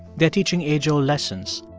they're teaching age-old lessons.